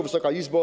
Wysoka Izbo!